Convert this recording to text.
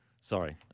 Sorry